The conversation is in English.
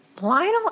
Lionel